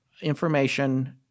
information